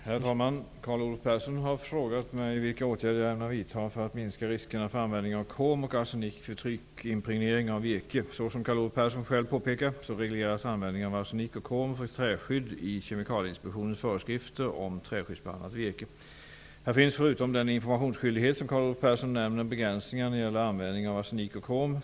Herr talman! Carl Olov Persson har frågat mig vilka åtgärder jag ämnar vidta för att minska riskerna med användningen av krom och arsenik vid tryckimpregnering av virke. Så som Carl Olov Persson själv påpekar regleras användningen av arsenik och krom för träskydd i Kemikalieinspektionens föreskrifter om träskyddsbehandlat virke. Här finns, förutom den informationsskyldighet Carl Olov Persson nämner, begränsningar när det gäller användning av arsenik och krom.